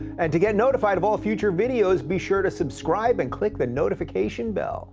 and to get notified of all future videos, be sure to subscribe and click the notification bell.